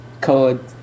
code